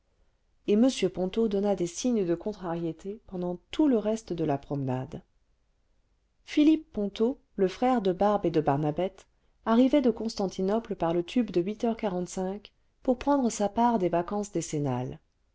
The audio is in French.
et m ponto donna des signes de contrariété pendant tout le reste de la promenade philippe ponto le frère de barbe et de barnabette arrivait de constantinople par le tube de h pour prendre sa part des vacances décennales